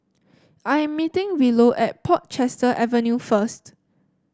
I am meeting Willow at Portchester Avenue first